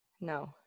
No